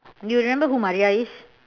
you remember who Maria is